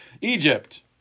Egypt